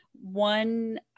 one